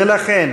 ולכן